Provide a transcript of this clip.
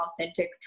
authentic